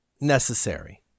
necessary